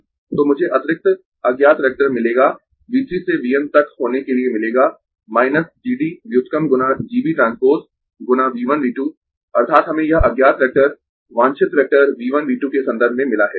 तो मुझे अतिरिक्त अज्ञात वेक्टर मिलेगा V 3 से V n तक होने के लिए मिलेगा G D व्युत्क्रम गुना G B ट्रांसपोज गुना V 1 V 2 अर्थात् हमें यह अज्ञात वेक्टर वांछित वेक्टर V 1 V 2 के संदर्भ में मिला है